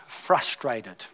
frustrated